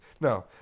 No